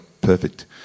perfect